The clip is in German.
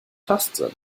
tastsinn